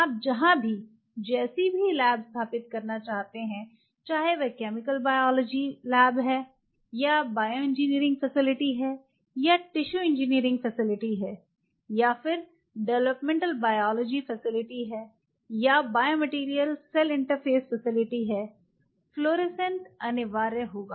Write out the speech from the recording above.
आप जहां भी जैसी भी लैब स्थापित करते हैं चाहे वह केमिकल बायोलॉजी लैब है या बायोइंजीनियरिंग फैसिलिटी है या टिशू इंजीनियरिंग फैसिलिटी है या डेवलपमेंट बायोलॉजी फैसिलिटी है या बायोमटेरियल सेल इंटरफेस फैसिलिटी है फ्लोरोसेंट अनिवार्य होगा